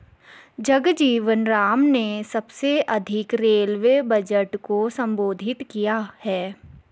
जगजीवन राम ने सबसे अधिक रेलवे बजट को संबोधित किया है